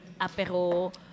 apero